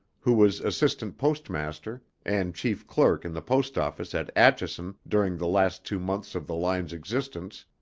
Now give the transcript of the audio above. who was assistant postmaster and chief clerk in the post office at atchison during the last two months of the line's existence,